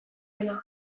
ona